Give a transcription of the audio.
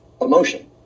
emotion